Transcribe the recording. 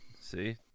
See